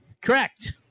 correct